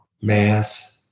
mass